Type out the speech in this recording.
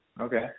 okay